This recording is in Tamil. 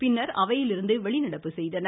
பின்னர் அவையிலிருந்து வெளிநடப்பு செய்தனர்